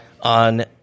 on